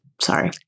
Sorry